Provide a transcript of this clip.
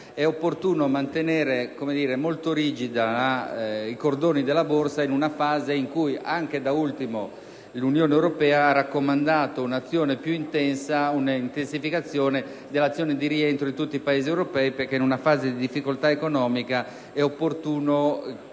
è opportuno mantenere molto rigidi i cordoni della borsa in un momento in cui anche, da ultimo, l'Unione europea ha raccomandato una intensificazione dell'azione di rientro di tutti i Paesi europei, appunto perché in una fase di difficoltà economica è opportuno mantenere